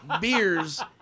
beers